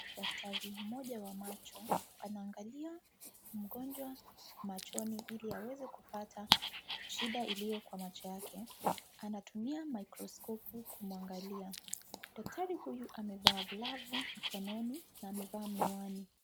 Daktari mmoja wa macho, anaangalia mgonjwa machoni ili aweze kupata shida iliyo kwa macho yake. Anatumia mikroskopu kumwangalia. Daktari huyu, amevaa glovu mkononi na amevaa miwani.